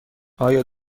آیا